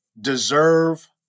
deserve